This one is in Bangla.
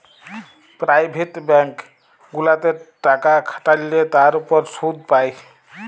পেরাইভেট ব্যাংক গুলাতে টাকা খাটাল্যে তার উপর শুধ পাই